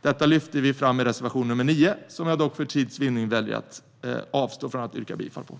Detta lyfter vi fram i reservation nr 9, som jag dock för tids vinnande avstår från att yrka bifall till.